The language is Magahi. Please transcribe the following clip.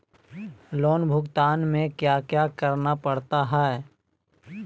लोन भुगतान में क्या क्या करना पड़ता है